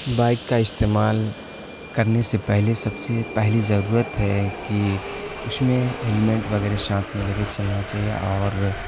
bike کا استعمال کرنے سے پہلے سب سے پہلی ضرورت ہے کہ اس میں ہیلمیٹ وغیرہ ساتھ میں لے کے چلنا چاہیے اور